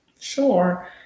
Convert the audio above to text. Sure